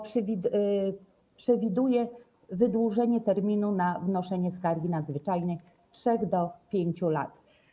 Projekt przewiduje wydłużenie terminu na wnoszenie skargi nadzwyczajnej z 3 do 5 lat.